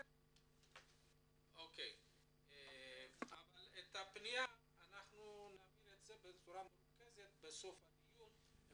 אבל את הפניה נעביר בצורה מרוכזת בסוף הדיון.